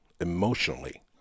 emotionally